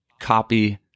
copy